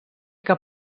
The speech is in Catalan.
que